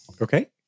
Okay